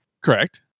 correct